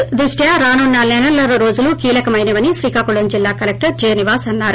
Covid దృష్ట్యా రానున్న నెలన్నర రోజులు కీలకమైనవని శ్రీకాకుళం జిల్లా కలెక్టర్ జె నివాస్ అన్నారు